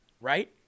right